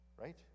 Right